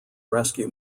rescue